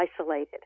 isolated